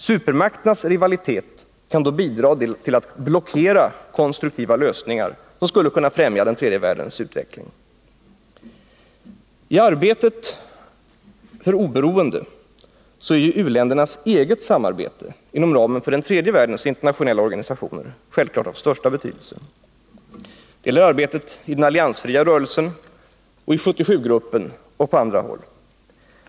Supermakternas rivalitet kan då bidra till att blockera konstruktiva lösningar som skulle kunna främja den tredje världens utveckling. Tarbetet för oberoende är u-ländernas eget samarbete inom ramen för den tredje världens internationella organisationer självfallet av största betydelse. Det gäller arbetet i den alliansfria rörelsen, i 77-gruppen och på andra håll.